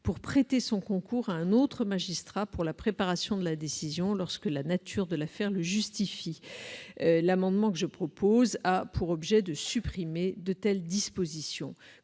pour accorder son concours à un autre magistrat pour la préparation de la décision, lorsque la nature de l'affaire le justifie. Le présent amendement a pour objet de supprimer une telle disposition.